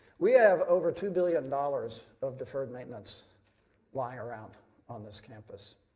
we have over two billion dollars of deferred maintenance lying around on this campus.